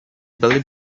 belly